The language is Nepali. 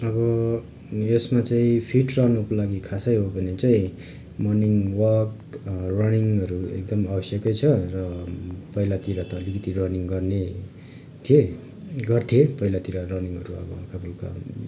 अब यसमा चाहिँ फिट रहनुको लागि खासै हो भने चाहिँ मर्निङ वाक रनिङहरू एकदमै अवश्यकै छ र पहिलातिर त अलिकति रनिङ गर्ने थिएँ गर्थेँ पहिलातिर रनिङहरू अब हल्का फुल्का